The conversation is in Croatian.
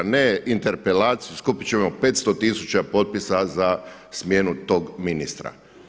Ne interpelaciju, skupit ćemo 500 tisuća potpisa za smjenu tog ministra.